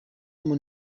ibyo